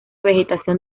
vegetación